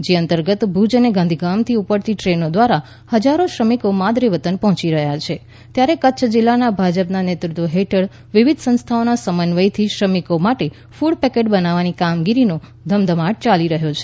જે અંતર્ગત ભુજ અને ગાંધીધામથી ઉપડતી દ્રેનો દ્વારા હજારો શ્રમિકો માદરે વતન પહોંચી રહ્યા છે ત્યારે કચ્છ જિલ્લા ભાજપના નેતૃત્વ હેઠળ વિવિધ સંસ્થાઓનાં સમન્વથથી શ્રમિકો માટે ફૂડ પેકેટ બનાવવાની કામગીરીનો ધમધમાટ યાલી રહ્યો છે